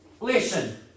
Listen